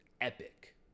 epic